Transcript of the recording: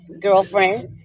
girlfriend